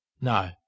No